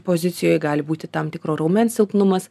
pozicijoj gali būti tam tikro raumens silpnumas